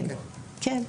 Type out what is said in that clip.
כן.